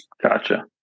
Gotcha